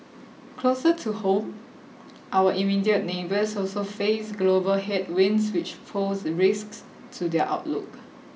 closer to home our immediate neighbours also face global headwinds which pose risks to their outlook